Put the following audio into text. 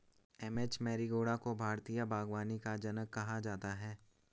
M H Marigowda को भारतीय बागवानी का जनक कहा जाता है